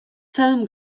całym